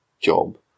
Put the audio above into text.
job